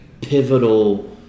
pivotal